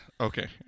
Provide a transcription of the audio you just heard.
okay